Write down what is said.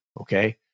Okay